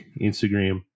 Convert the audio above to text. Instagram